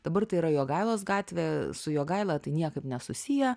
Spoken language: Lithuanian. dabar tai yra jogailos gatvė su jogaila tai niekaip nesusiję